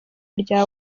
rya